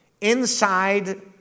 inside